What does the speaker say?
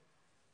כן.